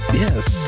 yes